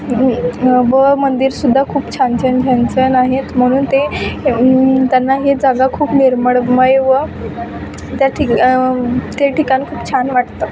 व मंदिर सुद्धा खूप छान छन छान छान आहेत म्हणून ते त्यांना ही जागा खूप निर्मळमय व त्या ठिकाण ते ठिकाण खूप छान वाटतं